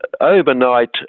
overnight